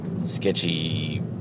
sketchy